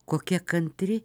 kokia kantri